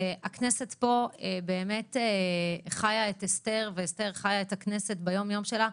והכנסת פה חיה את אסתר ואסתר חיה את הכנסת ביום-יום שלה,